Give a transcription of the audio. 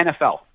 NFL